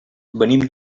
venim